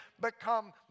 become